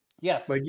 Yes